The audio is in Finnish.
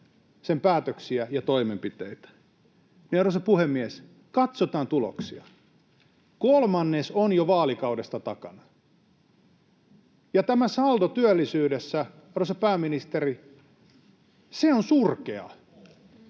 kehuu päätöksiään ja toimenpiteitään, niin katsotaan tuloksia: Kolmannes on jo vaalikaudesta takana, ja tämä saldo työllisyydessä, arvoisa pääministeri, se on surkea.